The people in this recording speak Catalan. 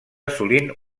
assolint